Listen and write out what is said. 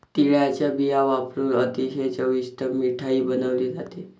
तिळाचा बिया वापरुन अतिशय चविष्ट मिठाई बनवली जाते